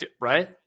Right